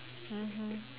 mmhmm